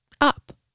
up